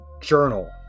journal